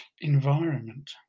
environment